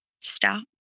stop